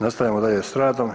Nastavljamo dalje s radom.